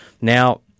now